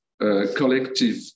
collective